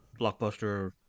Blockbuster